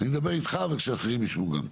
רגע רגע, אני מדבר איתך ושאחרים ישמעו גם כן.